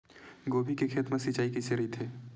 गोभी के खेत मा सिंचाई कइसे रहिथे?